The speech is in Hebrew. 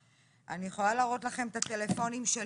אני יכולה להראות לכם את הטלפונים שלי,